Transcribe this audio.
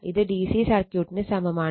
ഇത് D C സർക്യൂട്ടിന് സമമാണ്